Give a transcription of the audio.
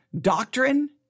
doctrine